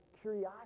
curiosity